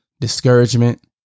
discouragement